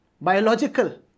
biological